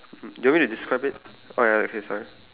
mmhmm do you want me to describe it oh ya okay sorry